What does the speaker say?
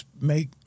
make